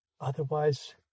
Otherwise